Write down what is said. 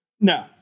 no